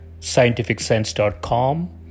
scientificsense.com